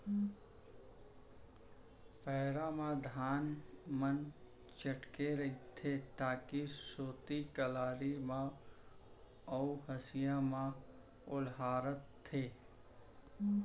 पैरा म धान मन चटके रथें तेकर सेती कलारी म अउ हँसिया म ओलहारथें